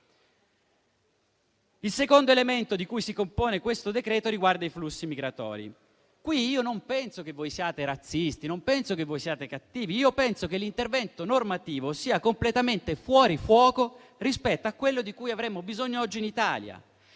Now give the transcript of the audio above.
Il secondo elemento di cui si compone questo decreto riguarda i flussi migratori. Qui io non penso che voi siate razzisti, non penso che siate cattivi. Penso che l'intervento normativo sia completamente fuori fuoco rispetto a quello di cui avremmo bisogno oggi in Italia.